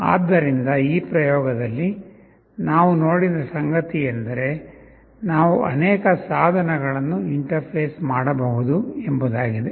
ಆದ್ದರಿಂದ ಈ ಪ್ರಯೋಗದಲ್ಲಿ ನಾವು ನೋಡಿದ ಸಂಗತಿಯೆಂದರೆ ನಾವು ಅನೇಕ ಸಾಧನಗಳನ್ನು ಇಂಟರ್ಫೇಸ್ ಮಾಡಬಹುದು ಎಂಬುದಾಗಿದೆ